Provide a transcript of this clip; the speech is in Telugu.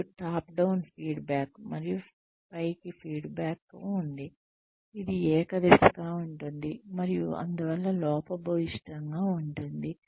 మరియు టాప్ డౌన్ ఫీడ్బ్యాక్ మరియు పైకి ఫీడ్బ్యాక్ ఉంది ఇది ఏక దిశగా ఉంటుంది మరియు అందువల్ల లోపభూయిష్టంగా ఉంటుంది